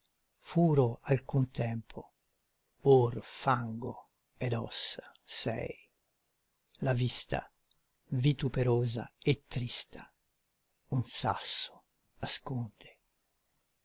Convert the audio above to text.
furo alcun tempo or fango ed ossa sei la vista vituperosa e trista un sasso asconde